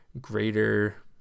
greater